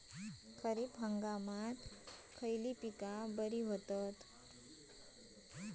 खरीप हंगामात खयली पीका बरी होतत?